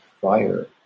fire